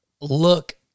look